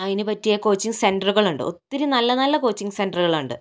അതിന് പറ്റിയ കോച്ചിങ്ങ് സെന്ററുകൾ ഉണ്ട് ഒത്തിരി നല്ല നല്ല കോച്ചിങ്ങ് സെന്ററുകൾ ഉണ്ട്